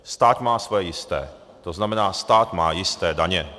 Stát má svoje jisté, to znamená stát má jisté daně.